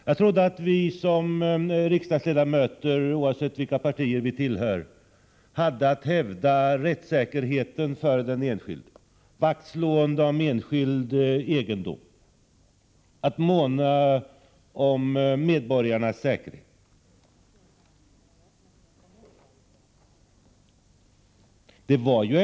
Jag trodde emellertid att vi såsom riksdagsledamöter, oavsett vilket parti vi tillhör, hade att hävda rättssäkerheten för den enskilde, slå vakt om enskild egendom samt måna om medborgarnas säkerhet.